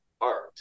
art